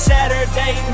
Saturday